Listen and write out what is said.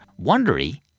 Wondery